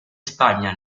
spagna